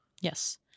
Yes